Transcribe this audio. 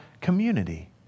community